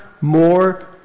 more